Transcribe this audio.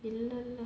இல்ல இல்ல:illa illa